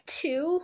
two